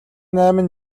найман